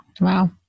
Wow